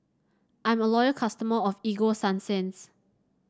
I'm a loyal customer of Ego Sunsense